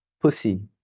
pussy